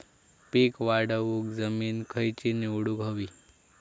पीक वाढवूक जमीन खैची निवडुक हवी?